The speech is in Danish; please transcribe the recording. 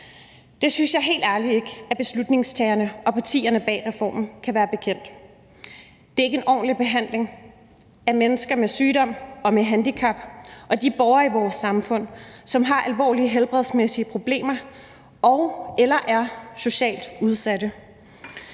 Det synes jeg helt ærligt ikke at beslutningstagerne og partierne bag reformen kan være bekendt. Det er ikke en ordentlig behandling af mennesker med sygdom og med handicap, af de borgere i vores samfund, som har alvorlige helbredsmæssige problemer og/eller er socialt udsatte.